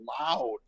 loud